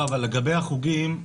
לגבי החוגים,